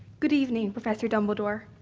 good evening professor dumbledore.